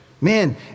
Man